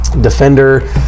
Defender